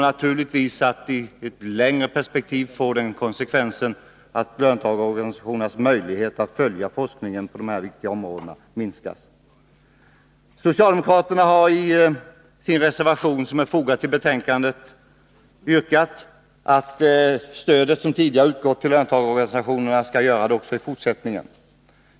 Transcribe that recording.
Naturligtvis kommer detta i ett längre perspektiv att få den konsekvensen att löntagarorganisationernas möjlighet att följa forskningen på dessa viktiga områden minskas. Socialdemokraterna har i sin reservation som är fogad till betänkandet yrkat att det stöd som tidigare utgått till löntagarorganisationerna skall utgå även i fortsättningen.